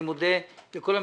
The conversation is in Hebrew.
אני מודה לכל המשתתפים.